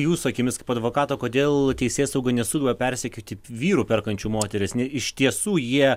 jūsų akimis kaip advokato kodėl teisėsauga nesugeba persekioti vyrų perkančių moteris iš tiesų jie